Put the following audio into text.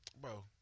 Bro